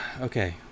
Okay